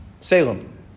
Salem